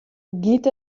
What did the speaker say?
giet